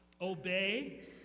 obey